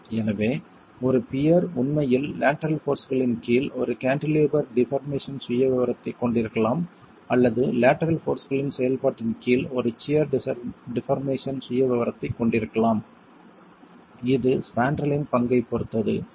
எனவே ஒரு பியர் உண்மையில் லேட்டரல் போர்ஸ்களின் கீழ் ஒரு கான்டிலீவர் டிஃபார்மேஷன் சுயவிவரத்தைக் கொண்டிருக்கலாம் அல்லது லேட்டரல் போர்ஸ்களின் செயல்பாட்டின் கீழ் ஒரு சியர் டிபார்மேசன் சுயவிவரத்தைக் கொண்டிருக்கலாம் இது ஸ்பாண்ட்ரலின் பங்கைப் பொறுத்தது சரி